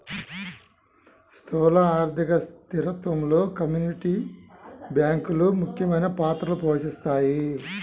స్థూల ఆర్థిక స్థిరత్వంలో కమ్యూనిటీ బ్యాంకులు ముఖ్యమైన పాత్ర పోషిస్తాయి